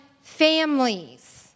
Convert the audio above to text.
families